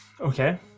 Okay